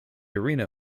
arena